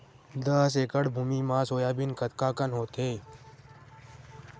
दस एकड़ भुमि म सोयाबीन कतका कन होथे?